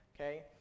Okay